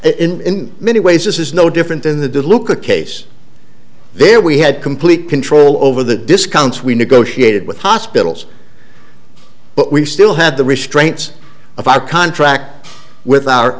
in many ways this is no different than the did look at case there we had complete control over the discounts we negotiated with hospitals but we still had the restraints of our contract with our